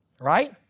Right